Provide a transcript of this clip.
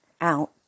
out